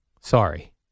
Sorry